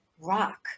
rock